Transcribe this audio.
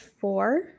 four